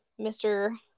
Mr